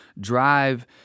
drive